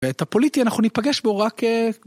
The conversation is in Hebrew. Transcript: את הפוליטי אנחנו ניפגש בו רק